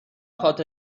خاطر